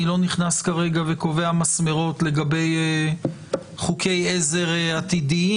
אני לא נכנס כרגע וקובע מסמרות לגבי חוקי עזר עתידיים